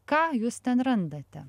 ką jūs ten randate